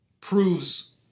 proves